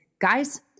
guys